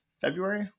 February